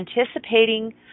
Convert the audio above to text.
anticipating